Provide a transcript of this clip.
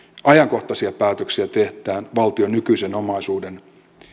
ajankohtaisia päätöksiä tehdään valtion nykyisen omaisuuden